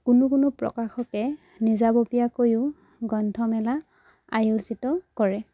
কোনো কোনো প্ৰকাশকে নিজাববীয়াকৈয়ো গ্ৰন্থমেলা আয়োজিত কৰে